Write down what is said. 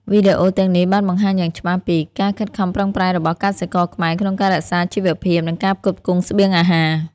វីដេអូទាំងនេះបានបង្ហាញយ៉ាងច្បាស់ពី ការខិតខំប្រឹងប្រែងរបស់កសិករខ្មែរ ក្នុងការរក្សាជីវភាព និងការផ្គត់ផ្គង់ស្បៀងអាហារ។